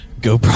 go